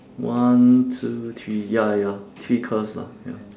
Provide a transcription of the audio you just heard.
one two three ya ya ya three curves lah ya